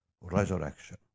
resurrection